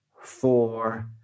four